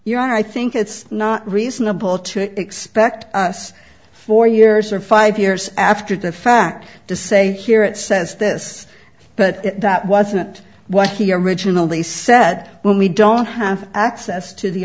you are i think it's not reasonable to expect us four years or five years after the fact to say here it says this but that wasn't what he originally said when we don't have access to the